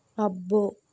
అబ్బో